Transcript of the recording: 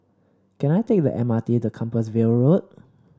can I take the M R T to Compassvale Road